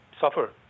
suffer